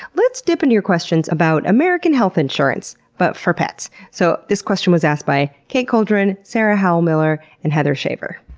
let's dip into your questions about american health insurance but for pets. so this question was asked by kate coldren, sarah howell-miller, and heather shaver.